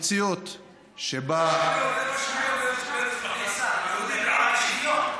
המציאות שבה, שוויון, בעד שוויון,